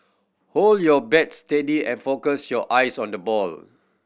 hold your bat steady and focus your eyes on the ball